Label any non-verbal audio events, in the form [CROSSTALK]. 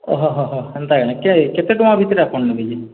ଓହୋ ହ ହ ହେନ୍ତା [UNINTELLIGIBLE] କେତେ ଟଙ୍କା ଭିତ୍ରେ ଆପଣ୍ ନେବେ ଯେ